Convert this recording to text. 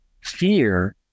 Fear